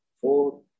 Four